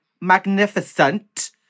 Magnificent